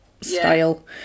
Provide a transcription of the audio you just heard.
style